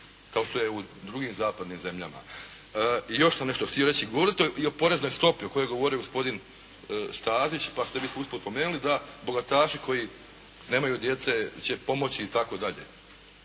kao što je u drugim zapadnim zemljama. Još sam nešto htio reći. Govorite i o poreznoj stopi o kojoj je govorio gospodin Stazić, pa ste mi usput spomenuli da bogataši koji nemaju djece će pomoći itd.